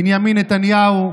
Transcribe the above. בנימין נתניהו,